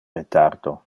retardo